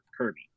Kirby